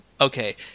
Okay